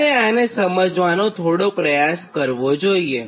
તમારે આને સમજવાનો થોડો પ્રયાસ કરવો જોઇએ